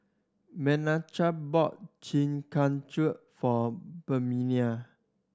Menachem bought Chi Kak Kuih for Permelia